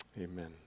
Amen